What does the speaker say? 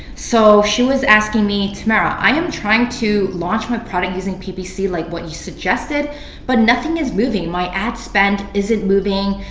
so she was asking me, tamara, i am trying to launch my product using ppc like what you suggested but nothing is moving. my ad spend isn't moving.